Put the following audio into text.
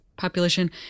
population